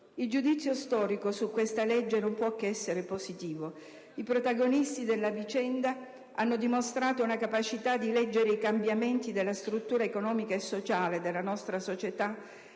Il giudizio storico su questa legge non può che essere positivo: i protagonisti della vicenda hanno dimostrato una capacità di leggere i cambiamenti della struttura economica e sociale della nostra società